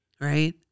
Right